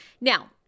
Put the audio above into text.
Now